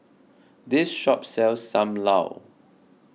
this shop sells Sam Lau